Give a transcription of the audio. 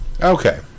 Okay